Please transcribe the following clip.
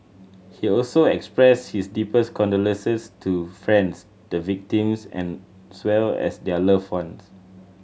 he also expressed his deepest condolences to France the victims as well as their loved ones